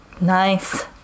Nice